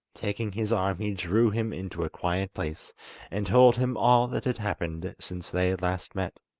taking his arm he drew him into a quiet place and told him all that had happened since they had last met.